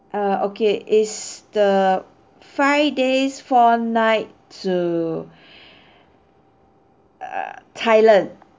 uh okay is the five days four nights to err thailand